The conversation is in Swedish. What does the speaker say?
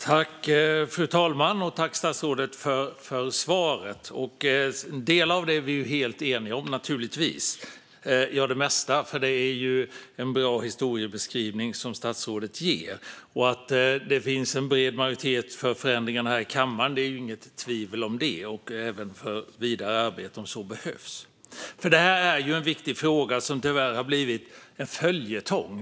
Fru talman! Jag tackar statsrådet för svaret. Det mesta är vi helt eniga om, för det är en bra historiebeskrivning statsrådet ger. Att det finns en bred majoritet i kammaren för förändringarna och även vidare arbete om så behövs råder det inget tvivel om. Det här är en viktig fråga som tyvärr har blivit en följetong.